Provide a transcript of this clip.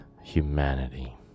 humanity